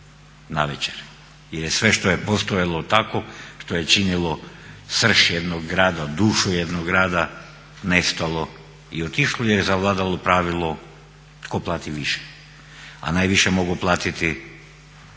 navečer jer je sve što je postojalo tako što je činilo srž jednog grada, dušu jednog grada nestalo i otišlo jer je zavladalo pravilo tko plati više. A najviše mogu platiti